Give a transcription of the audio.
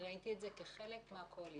ראיתי את זה כחלק מהקואליציה.